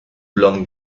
blonde